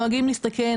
נוהגים להסתכן,